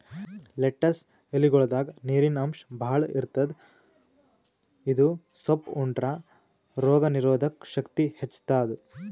lettuce ಎಲಿಗೊಳ್ದಾಗ್ ನೀರಿನ್ ಅಂಶ್ ಭಾಳ್ ಇರ್ತದ್ ಇದು ಸೊಪ್ಪ್ ಉಂಡ್ರ ರೋಗ್ ನೀರೊದಕ್ ಶಕ್ತಿ ಹೆಚ್ತಾದ್